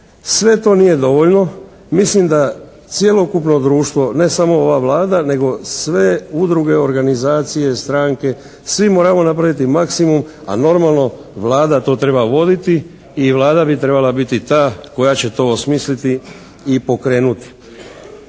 sve to nije dovoljno. Mislim da cjelokupno društvo ne samo ova Vlade nego sve udruge, organizacije, stranke, svi moramo napraviti maksimum, a normalno Vlada to treba voditi i Vlada bi trebala biti ta koja će to osmisliti i pokrenuti.